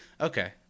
Okay